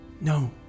No